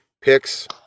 picks